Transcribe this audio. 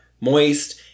moist